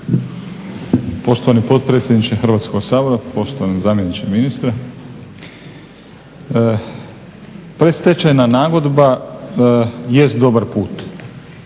Poštovani potpredsjedniče Hrvatskoga sabora, poštovani zamjeniče ministra. Predstečajna nagodba jest dobar put